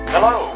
Hello